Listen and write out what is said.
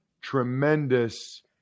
tremendous